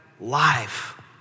life